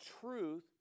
truth